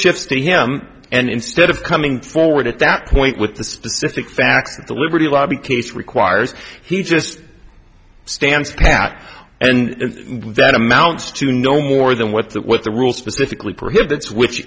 shifts to him and instead of coming forward at that point with the specific facts the liberty lobby case requires he just stands back and that amounts to no more than what the what the rule specifically prohibits which